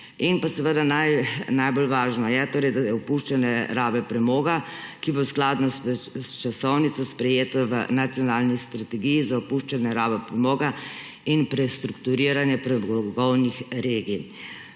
Pa seveda najbolj važno je opuščanje rabe premoga, ki bo skladno s časovnico, sprejeto v Nacionalni strategiji, za opuščanje rabe premoga in prestrukturiranje premogovnih regij,